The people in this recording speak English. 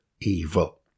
evil